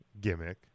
gimmick